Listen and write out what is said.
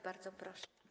Bardzo proszę.